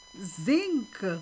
zinc